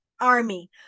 army